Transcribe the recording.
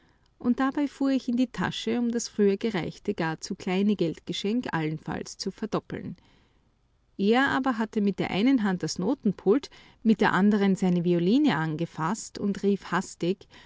und dabei fuhr ich in die tasche um das früher gereichte gar zu kleine geldgeschenk allenfalls zu verdoppeln er aber hatte mit der einen hand das notenpult mit der andern seine violine angefaßt und rief hastig